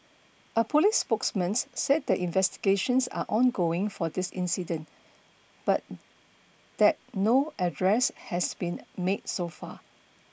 a police spokesmans said that investigations are ongoing for this incident but that no arrests has been made so far